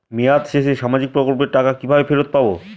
মেয়াদ শেষে সামাজিক প্রকল্পের টাকা কিভাবে ফেরত পাবো?